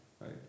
right